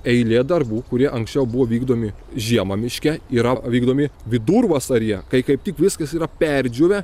eilė darbų kurie anksčiau buvo vykdomi žiemą miške yra vykdomi vidurvasaryje kai kaip tik viskas yra perdžiūvę